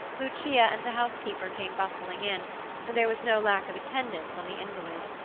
lucia and the housekeeper came bustling in, and there was no lack of attendance on the invalid.